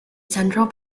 central